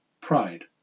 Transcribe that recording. Pride